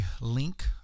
link